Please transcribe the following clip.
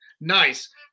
Nice